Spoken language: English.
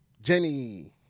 Jenny